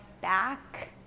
back